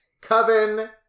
Coven